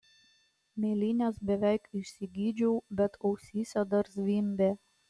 mėlynes beveik išsigydžiau bet ausyse dar zvimbė